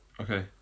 Okay